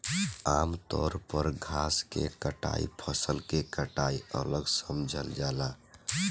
आमतौर पर घास के कटाई फसल के कटाई अलग समझल जाला